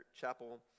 Chapel